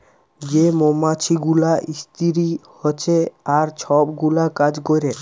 যে মমাছি গুলা ইস্তিরি হছে আর ছব গুলা কাজ ক্যরে